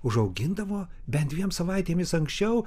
užaugindavo bent dviem savaitėmis anksčiau